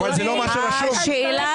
אבל זה לא מה שרשום, צחי.